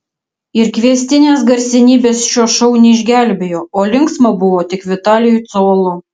ir kviestinės garsenybės šio šou neišgelbėjo o linksma buvo tik vitalijui cololo